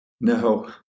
No